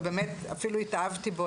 ובאמת אפילו התאהבתי בו,